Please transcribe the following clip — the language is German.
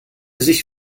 sich